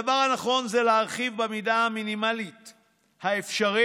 הדבר הנכון זה להרחיב במידה המינימלית האפשרית.